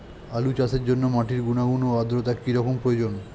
আলু চাষের জন্য মাটির গুণাগুণ ও আদ্রতা কী রকম প্রয়োজন?